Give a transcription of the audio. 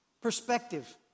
Perspective